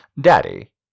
Daddy